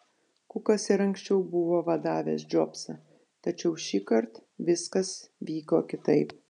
kukas ir anksčiau buvo vadavęs džobsą tačiau šįkart viskas vyko kitaip